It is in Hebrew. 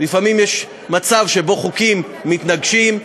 לפעמים יש מצב שבו חוקים מתנגשים,